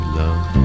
love